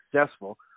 successful